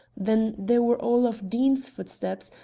then there were all of deane's footsteps,